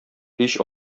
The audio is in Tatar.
һич